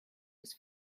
was